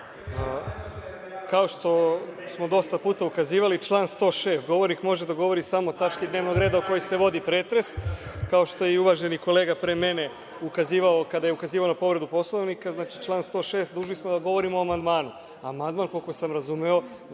Kao što smo dosta puta ukazivali, član 106. – govornik može da govori samo o tački dnevnog reda o kojoj se vodi pretres. Kao što je i uvaženi kolega pre mene ukazivao, kada je ukazivao na povredu Poslovnika, znači, član 106, dužni smo da govorimo o amandmanu. Amandman, koliko sam razumeo,